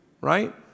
right